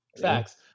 Facts